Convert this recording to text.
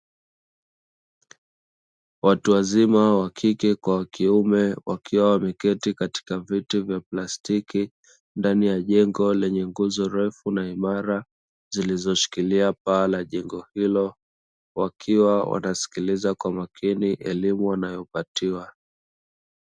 Watu wazima wa kike kwa wa kiume, wakiwa wameketi katika viti vya plastiki; ndani ya jengo lenye nguzo refu na imara, zilizoshikilia paa la jengo hilo wakiwa watasikiliza kwa makini elimu wanayopatiwa.